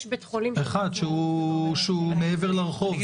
יש בית חולים --- אחד שהוא מעבר לרחוב,